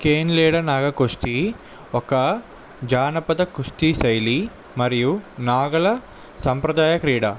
Kane లేదా నాగా కుస్తీ ఒక జానపద కుస్తీ శైలి మరియు నాగల సంప్రదాయ క్రీడ